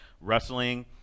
Wrestling